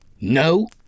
No